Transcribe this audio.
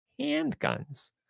handguns